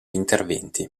interventi